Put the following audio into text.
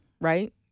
right